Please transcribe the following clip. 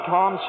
Tom